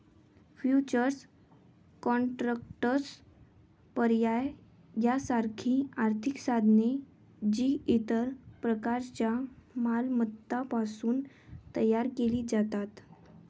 futures contracts, पर्याय यासारखी आर्थिक साधने, जी इतर प्रकारच्या मालमत्तांपासून तयार केली जातात